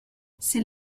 ses